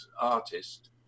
artist